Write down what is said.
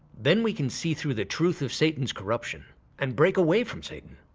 then we can see through the truth of satan's corruption and break away from satan.